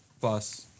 Plus